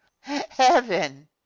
heaven